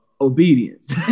Obedience